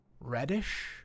reddish